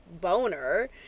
boner